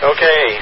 Okay